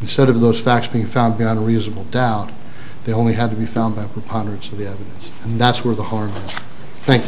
instead of those facts being found beyond a reasonable doubt they only had to be found at the ponderosa the evidence and that's where the harm thank